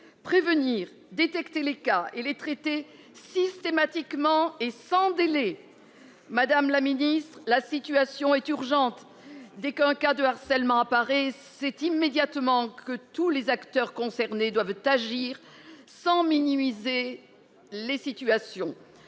prévenir détecter les cas et les traiter systématiquement et sans délai. Madame la Ministre, la situation est urgente. Dès qu'un cas de harcèlement, Paris s'est immédiatement que tous les acteurs concernés doivent agir sans minimiser. Les situations